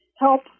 help